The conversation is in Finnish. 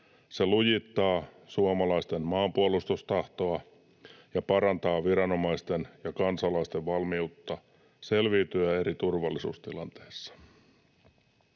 Se lujittaa suomalaisten maanpuolustustahtoa ja parantaa viranomaisten ja kansalaisten valmiutta selviytyä eri turvallisuustilanteissa.